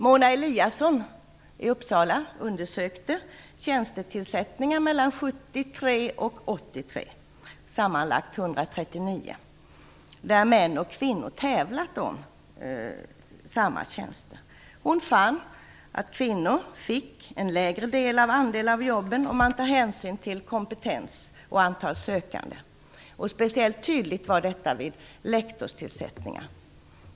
Mona Eliasson i Uppsala undersökte tjänstetillsättningar mellan 1973 och 1983, sammanlagt 139, där män och kvinnor tävlat om samma tjänster. Hon fann att kvinnor fick en lägre andel av jobben, om man tar hänsyn till kompetens och antal sökande. Speciellt tydligt var detta vid lektorstillsättningar.